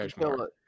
no